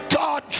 god